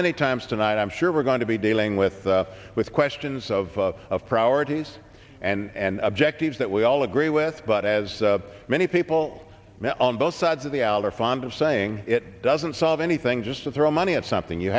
many times tonight i'm sure we're going to be dealing with with questions of priorities and objectives that we all agree with but as many people on both sides of the aisle are fond of saying it doesn't solve anything just to throw money at something you